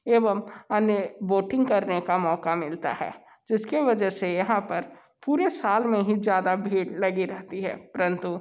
एवं अन्य वोटिंग करने का मौका मिलता है जिसके वजह से यहाँ पर पूरे साल में ही ज़्यादा भीड़ लगी रहती है परंतु